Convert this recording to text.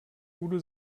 udo